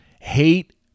hate